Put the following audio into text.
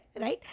right